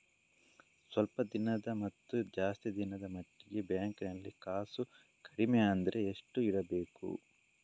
ಸ್ವಲ್ಪ ದಿನದ ಮತ್ತು ಜಾಸ್ತಿ ದಿನದ ಮಟ್ಟಿಗೆ ಬ್ಯಾಂಕ್ ನಲ್ಲಿ ಕಾಸು ಕಡಿಮೆ ಅಂದ್ರೆ ಎಷ್ಟು ಇಡಬೇಕು?